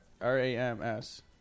R-A-M-S